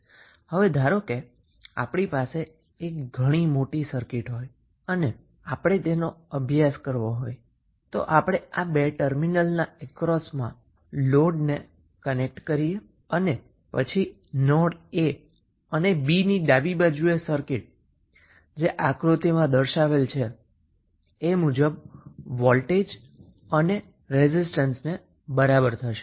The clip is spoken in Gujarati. હવે ધારો કે આપણી પાસે એક ઘણી મોટી સર્કિટ હોય અને આપણે તેનો અભ્યાસ કરવો હોય તો આપણે આ બે ટર્મિનલના અક્રોસ માં કનેક્ટ કરેલ લોડ નો અભ્યાસ કરવો હોય તો પછી નોડ a અને b ની ડાબી બાજુએ જે સર્કિટ છે તે આક્રુતિમાં દર્શાવ્યા મુજબ વોલ્ટેજ અને રેઝિસ્ટન્સને બરાબર થશે